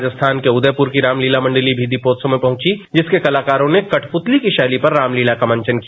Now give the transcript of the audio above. राजस्थान के उदयपुर की रामलीला मंडली भी दीपोत्सव में पहुंची जिसके कालाकारों ने कठपुतली की शैली पर रामलीला का मंचन किया